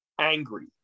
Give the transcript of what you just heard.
angry